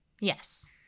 Yes